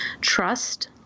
trust